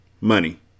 Money